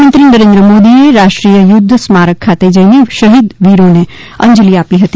પ્રધાનમંત્રી નરેન્દ્ર મોદીએ રાષ્ટ્રીય યુધ્ધ સ્મારક ખાતે જઇને શહિદ વિરોને અંજલી આપી હતી